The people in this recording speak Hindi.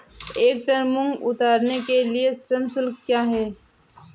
एक टन मूंग उतारने के लिए श्रम शुल्क क्या है?